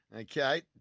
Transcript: Okay